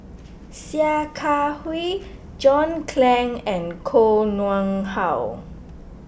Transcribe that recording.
Sia Kah Hui John Clang and Koh Nguang How